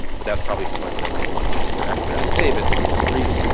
but that's probably point number one. these are expert affidavits. these are briefs,